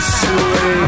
sweet